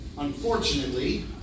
Unfortunately